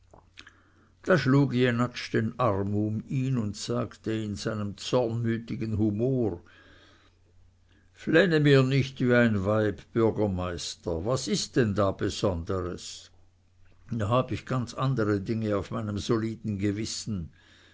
da schlug jenatsch den arm um ihn und sagte in einem zornmütigen humor flenne mir nicht wie ein weib bürgermeister was ist denn da besonderes da habe ich ganz andere dinge auf meinem soliden gewissen